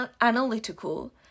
analytical